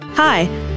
Hi